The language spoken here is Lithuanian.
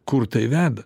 kur tai veda